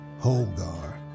Holgar